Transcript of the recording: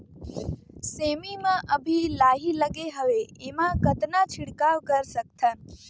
सेमी म अभी लाही लगे हवे एमा कतना छिड़काव कर सकथन?